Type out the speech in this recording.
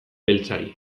beltzari